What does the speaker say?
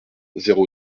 zéro